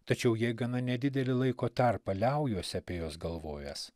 tačiau jie gana nedidelį laiko tarpą liaujuosi apie juos galvojęs